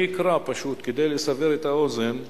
אני אקרא פשוט, כדי לסבר את האוזן.